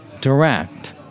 direct